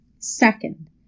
Second